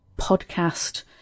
podcast